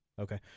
Okay